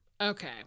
okay